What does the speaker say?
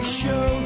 show